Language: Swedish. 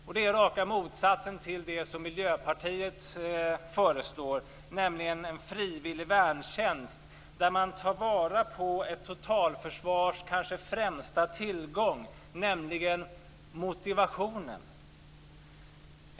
Detta är raka motsatsen till det som Miljöpartiet föreslår, nämligen en frivillig värntjänst, där man tar vara på ett totalförsvars kanske främsta tillgång, nämligen motivationen.